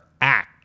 act